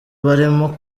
barimo